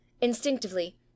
Instinctively